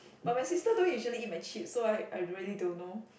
but my sister don't usually eat my chips so I I really don't know